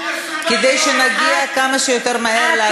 כדי שנגיע כמה שיותר מהר להצבעה.